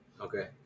okay